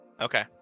Okay